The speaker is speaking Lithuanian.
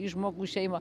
į žmogų į šeimą